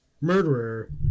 murderer